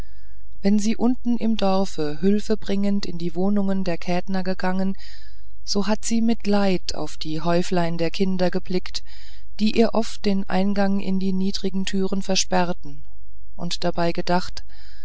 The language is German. wenn sie unten im dorfe hülfe bringend in die wohnungen der kätner gegangen so hat sie mit leid auf die häuflein der kinder geblickt die ihr oft den eingang in die niedrigen türen versperrten und dabei gedacht